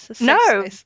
no